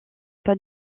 pas